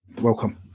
Welcome